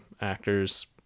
actors